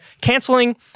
Canceling